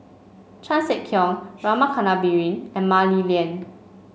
Chan Sek Keong Rama Kannabiran and Mah Li Lian